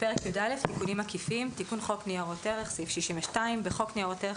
62.תיקון חוק ניירות ערך בחוק ניירות ערך,